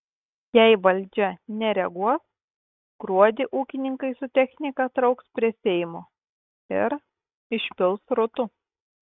jei valdžia nereaguos gruodį ūkininkai su technika trauks prie seimo ir išpils srutų